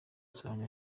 solange